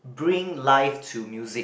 bring life to music